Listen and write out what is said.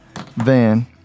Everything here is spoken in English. Van